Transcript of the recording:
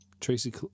Tracy